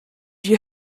you